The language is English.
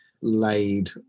laid